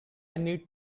need